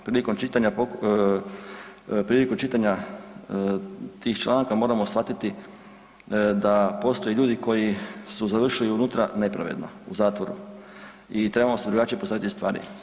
Prilikom čitanja, prilikom čitanja tih članaka moramo shvatiti da postoje ljudi koji su završili unutra nepravedno u zatvoru i trebamo si drugačije postaviti stvari.